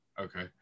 okay